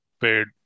paid